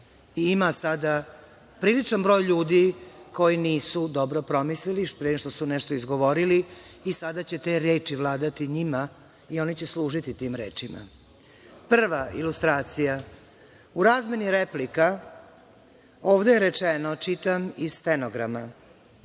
Ima sada priličan broj ljudi koji nisu dobro promislili pre nego što su nešto izgovorili i sada ćete reči vladati njima i oni će služiti tim rečima. Prva ilustracija - u razmeni replika ovde je rečeno, čitam iz stenograma,